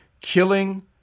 *Killing